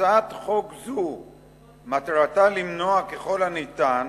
הצעת חוק זו מטרתה למנוע ככל הניתן